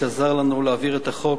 שעזר לנו להעביר את החוק